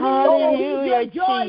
Hallelujah